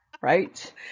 right